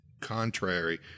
contrary